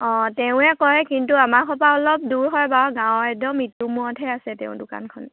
অঁ তেওঁৱে কৰে কিন্তু আমাৰ ঘৰৰপৰা অলপ দূৰ হয় বাৰু গাঁৱৰ একদম ইটোমূৰতহে আছে তেওঁ দোকানখন